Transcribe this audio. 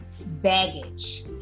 baggage